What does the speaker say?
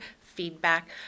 feedback